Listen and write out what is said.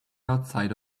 outside